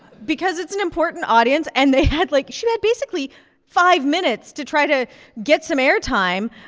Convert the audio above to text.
because it's an important audience and they had, like she had basically five minutes to try to get some air time.